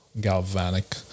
galvanic